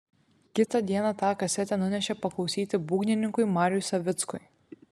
kitą dieną tą kasetę nunešė paklausyti būgnininkui mariui savickui